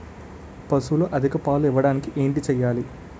పశువులు అధిక పాలు ఇవ్వడానికి ఏంటి చేయాలి